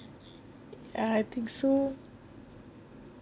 I think so